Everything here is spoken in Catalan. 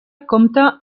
compta